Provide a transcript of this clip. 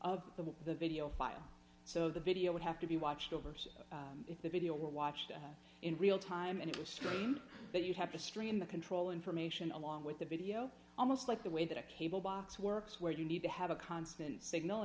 of the the video file so the video would have to be watched over so if the video were watched in real time and it was streamed but you'd have to stream the control information along with the video almost like the way that a cable box works where you need to have a constant signal